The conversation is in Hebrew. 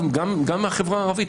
גם מהחברה הערבית,